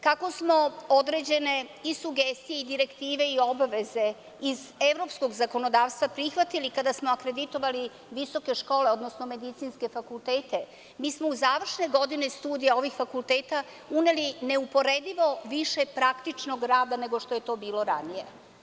Kako smo određene i sugestije i direktive i obaveze iz evropskog zakonodavstva prihvatili kada smo akreditovali visoke škole, odnosno medicinske fakultete, mi smo u završne godine studija ovih fakulteta uneli neuporedivo više praktičnog rada nego što je to bilo ranije.